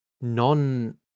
non